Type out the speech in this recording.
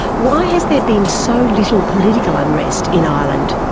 why has there been so little political unrest in ireland?